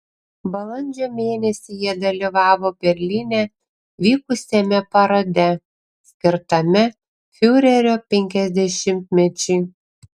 balandžio mėnesį jie dalyvavo berlyne vykusiame parade skirtame fiurerio penkiasdešimtmečiui